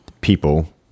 people